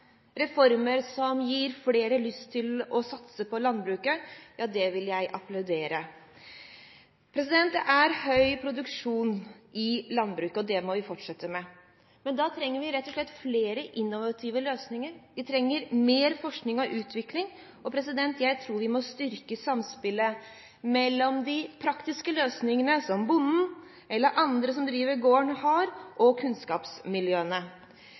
Reformer som gir flere lyst til å satse på landbruket, vil jeg applaudere. Det er høy produksjon i landbruket, og det må vi fortsette med. Men da trenger vi rett og slett flere innovative løsninger. Vi trenger mer forskning og utvikling, og jeg tror vi må styrke samspillet mellom de praktiske løsningene, som bonden eller andre som driver gården har, og kunnskapsmiljøene.